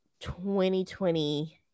2020